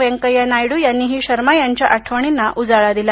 व्यंकथ्या नायडू यांनीही शर्मा यांच्या आठवणींना उजाळा दिला